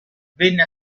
venne